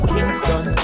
Kingston